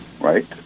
right